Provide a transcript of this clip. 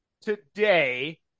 today